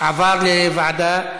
עבר לוועדה,